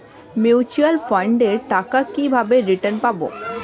Mutual ফান্ডের টাকা কিভাবে রিটার্ন পাব?